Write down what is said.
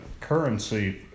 currency